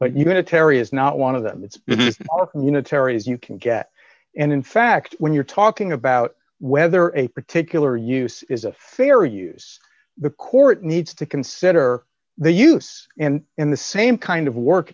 but you going to terry is not one of them it's unitary as you can get and in fact when you're talking about whether a particular use is a fair use the court needs to consider the use and in the same kind of work